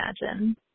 imagine